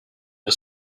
the